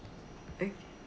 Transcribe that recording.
okay